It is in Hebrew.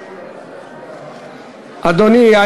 אדוני, יש לי הערה.